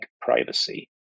privacy